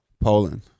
Poland